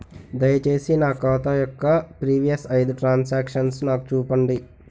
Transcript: దయచేసి నా ఖాతా యొక్క ప్రీవియస్ ఐదు ట్రాన్ సాంక్షన్ నాకు చూపండి